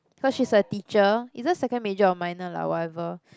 cause she's a teacher either second major or minor lah whatever